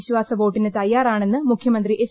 വിശ്വാസ വോട്ടിന് തയ്യാറാണെന്ന് മുഖ്യമന്ത്രി എച്ച്